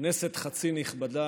כנסת חצי נכבדה,